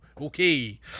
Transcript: okay